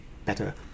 better